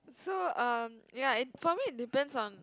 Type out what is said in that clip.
so um ya and for me it depends on